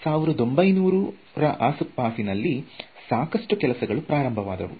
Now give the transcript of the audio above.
ಇದರಿಂದಾಗಿ 1900ರ ಆಸುಪಾಸಿನಲ್ಲಿ ಸಾಕಷ್ಟು ಕೆಲಸಗಳು ಪ್ರಾರಂಭವಾದವು